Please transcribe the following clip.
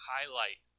Highlight